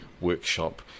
workshop